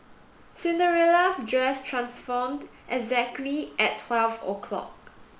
Cinderella's dress transformed exactly at twelve o'clock